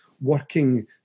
working